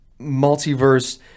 multiverse